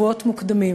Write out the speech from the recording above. מוקדם.